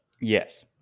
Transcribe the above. Yes